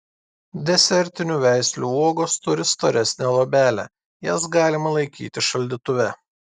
desertinių veislių uogos turi storesnę luobelę jas galima laikyti šaldytuve